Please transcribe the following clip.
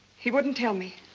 he wouldn't tell me,